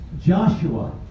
Joshua